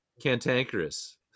cantankerous